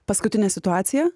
paskutinė situacija